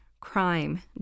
crime